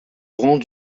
bronze